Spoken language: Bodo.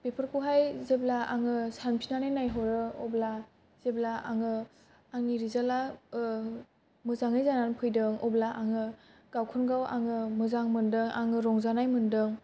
बेफोरखौहाय जेब्ला आङो सानफिननानै नायहरो अब्ला जेब्ला आङो आंनि रिजाल्टा मोजांयै जानानै फैदों अब्ला आङो गावखौनो गाव आङो मोजां मोनदों आङो रंजानाय मोनदों